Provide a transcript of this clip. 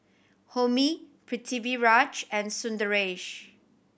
Homi Pritiviraj and Sundaresh